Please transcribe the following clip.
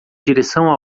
direção